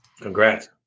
Congrats